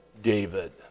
David